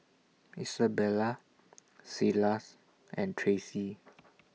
Isabela Silas and Tracey